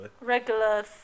Regular